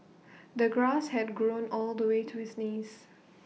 the grass had grown all the way to his knees